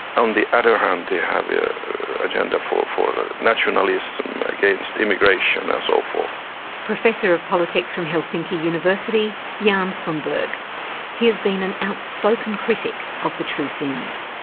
on the other hand they have the agenda for for nationalism, against immigration and so forth. professor of politics from helsinki university, jan sundberg. he has been an outspoken critic of the true finns.